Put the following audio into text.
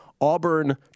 Auburn